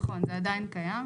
נכון, זה עדיין קיים.